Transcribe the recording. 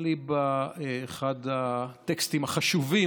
אליבא דאחד הטקסטים החשובים,